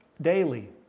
Daily